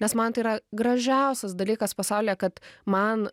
nes man tai yra gražiausias dalykas pasaulyje kad man